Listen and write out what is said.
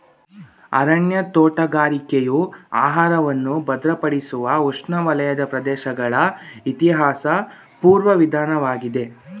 ಅರಣ್ಯ ತೋಟಗಾರಿಕೆಯು ಆಹಾರವನ್ನು ಭದ್ರಪಡಿಸುವ ಉಷ್ಣವಲಯದ ಪ್ರದೇಶಗಳ ಇತಿಹಾಸಪೂರ್ವ ವಿಧಾನವಾಗಿದೆ